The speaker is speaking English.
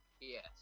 Yes